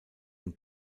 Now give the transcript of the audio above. dem